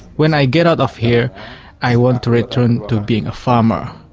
when i get out of here i want to return to being a farmer.